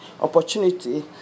opportunity